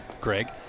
Greg